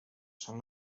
són